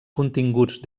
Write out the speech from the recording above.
continguts